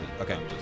Okay